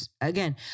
Again